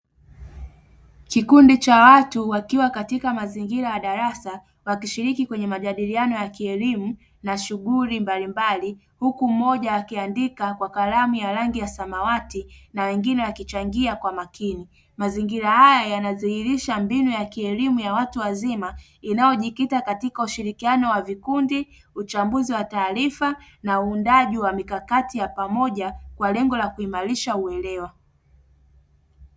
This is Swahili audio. Kikundi cha watu wakiwa katika mazingira ya darasa wakishiriki kwenye majadiliano ya kielimu na shughuli mbalimbali huku moja akiandika kwa kalamu ya rangi ya samawati na wengine wakichangia kwa makini, mazingira haya yanadhihirisha mbinu ya kielimu ya watu wazima inayojikita katika ushirikiano wa vikundi uchambuzi wa taarifa na uundaji wa mikakati ya pamoja kwa lengo la kuimarisha uelewa.